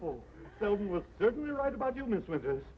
with didn't write about humans with this